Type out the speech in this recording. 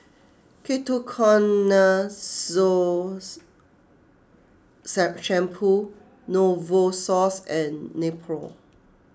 Ketoconazole Shampoo Novosource and Nepro